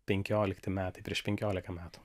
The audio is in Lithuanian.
penkiolikti metai prieš penkiolika metų